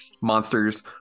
monsters